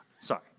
Sorry